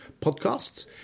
podcasts